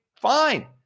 fine